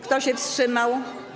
Kto się wstrzymał?